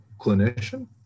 clinician